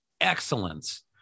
excellence